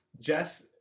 Jess